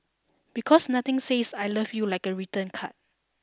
because nothing says I love you like a written card